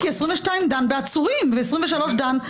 23 דן בעצורים, ו-22 דן בלא